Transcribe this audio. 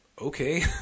Okay